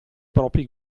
propri